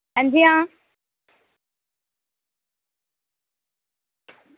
हां जी हां